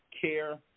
care